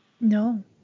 No